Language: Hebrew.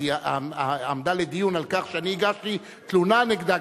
היא עמדה לדיון על כך שאני הגשתי תלונה נגדה,